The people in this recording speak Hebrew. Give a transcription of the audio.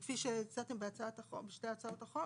כפי שהצעתם בשתי הצעות החוק,